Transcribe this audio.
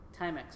Timex